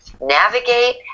navigate